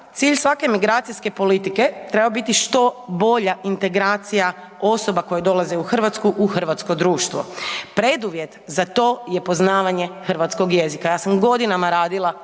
cilj svake migracijske politike treba biti što bolje integracija osoba koje dolaze u Hrvatsku u hrvatsko društvo. Preduvjet za to je poznavanje hrvatskog jezika. Ja sam godinama radila